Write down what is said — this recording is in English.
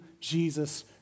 Jesus